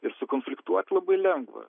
ir sukonfliktuot labai lengva